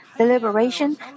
Deliberation